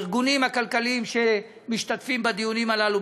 שהארגונים הכלכליים שמשתתפים בדיונים הללו